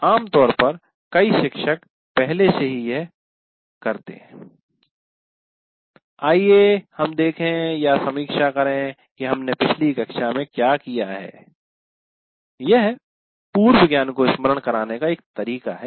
आम तौर पर कई शिक्षक पहले से ही यह कहकर करते हैं आइए हम देखें या समीक्षा करें कि हमने पिछली कक्षा में क्या किया है यह पूर्व ज्ञान को स्मरण कराने का एक तरीका है